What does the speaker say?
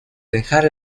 dejar